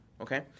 okay